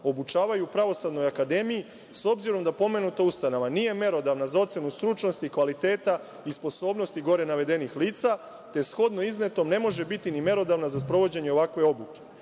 obučavaju u Pravosudnoj akademiji, s obzirom da pomenuta ustanova nije merodavna za ocenu stručnosti, kvaliteta i sposobnosti gore navedenih lica, te shodno iznetom, ne može biti ni merodavna za sprovođenje ovakve obuke. Takođe